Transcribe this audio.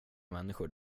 människor